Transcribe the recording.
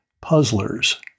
puzzler's